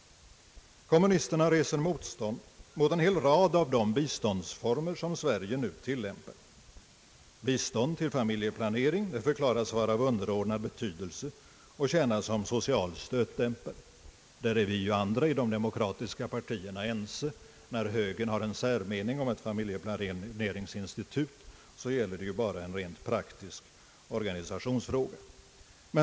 Kommunisterna reser motstånd mot en hel rad av de biståndsreformer som Sverige nu tilllämpar. Bistånd till familjeplanering förklaras vara av underordnad betydelse och tjäna som social stötdämpare. Vi andra inom de demokratiska partierna är ense om familjeplaneringens värde. När högern har en särmening om ett familjeplaneringsinstitut, gäller det bara en rent praktisk organisationsfråga.